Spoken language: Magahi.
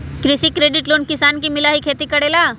कृषि क्रेडिट लोन किसान के मिलहई खेती करेला?